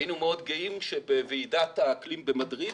היינו מאוד גאים שבוועידת האקלים במדריד